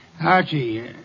Archie